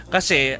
Kasi